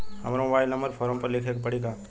हमरो mobile number form पर लिखे के पड़ी का?